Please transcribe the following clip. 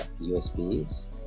USBs